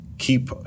keep